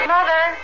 Mother